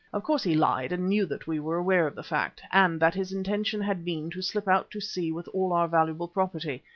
of course he lied and knew that we were aware of the fact and that his intention had been to slip out to sea with all our valuable property,